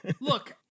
look